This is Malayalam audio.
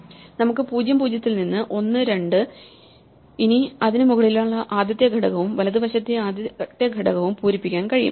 നമുക്ക് 0 0 യിൽ ഒന്ന് ഉണ്ട് ഇനി അതിന് മുകളിലുള്ള ആദ്യത്തെ ഘടകവും വലതു വശത്തെ ആദ്യത്തെ ഘടകവും പൂരിപ്പിക്കാൻ കഴിയും